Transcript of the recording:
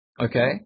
okay